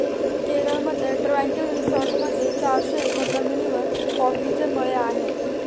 केरळमधील ट्रँक्विल रिसॉर्टमध्ये चारशे एकर जमिनीवर कॉफीचे मळे आहेत